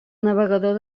navegador